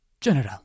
General